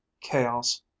chaos